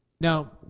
Now